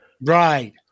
Right